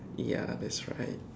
ya that's right